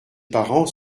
parents